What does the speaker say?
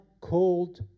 called